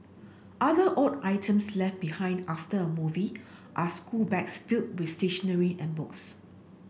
other odd items left behind after a movie are schoolbags filled with stationery and books